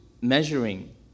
measuring